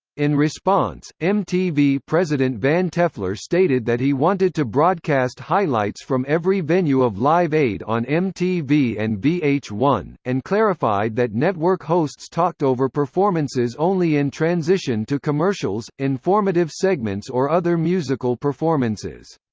in response, mtv president van toeffler stated that he wanted to broadcast highlights from every venue of live eight on mtv and v h one, and clarified that network hosts talked over performances only in transition to commercials, informative segments or other musical performances.